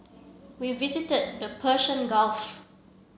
we visited the Persian Gulf